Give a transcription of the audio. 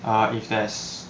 uh if there's